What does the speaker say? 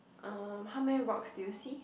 um how many rocks do you see